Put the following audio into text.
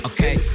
Okay